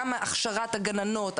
גם הכשרת הגננות,